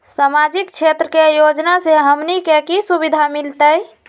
सामाजिक क्षेत्र के योजना से हमनी के की सुविधा मिलतै?